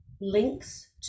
links